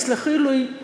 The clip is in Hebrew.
תסלחו לי,